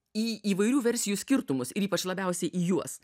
į įvairių versijų skirtumus ir ypač labiausiai į juos